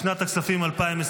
לשנת הכספים 2024,